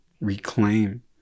reclaim